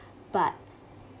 but